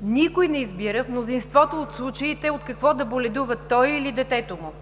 Никой не избира в мнозинството от случаите от какво да боледува той или детето му.